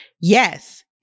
Yes